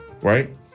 Right